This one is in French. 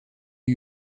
eut